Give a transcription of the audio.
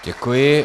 Děkuji.